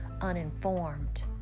uninformed